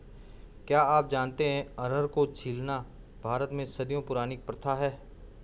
क्या आप जानते है अरहर को छीलना भारत में सदियों पुरानी प्रथा है?